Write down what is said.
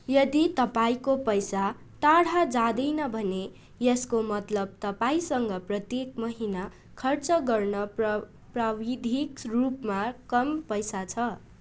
यदि तपाईँको पैसा टाढा जाँदैन भने यसको मतलब तपाईँसँग प्रत्येक महिना खर्च गर्न प्र प्राविधिक रूपमा कम पैसा छ